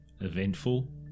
eventful